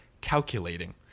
calculating